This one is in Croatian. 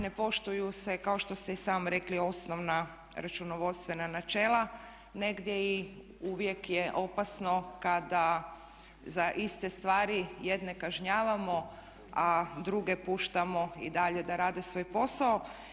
Ne poštuju se kao što ste i sami rekli osnovna računovodstvena načela, negdje i uvijek je opasno kada za iste stvari jedne kažnjavamo a druge puštamo i dalje da rade svoj posao.